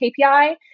KPI